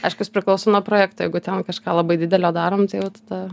aiškus priklauso nuo projekto jeigu ten kažką labai didelio darom tai jau tada